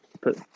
put